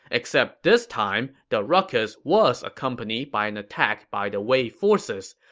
except this time, the ruckus was accompanied by an attack by the wei forces.